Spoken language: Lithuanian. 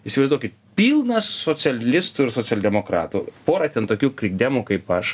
įsivaizduokit pilnas socialistų ir socialdemokratų pora ten tokių krikdemų kaip aš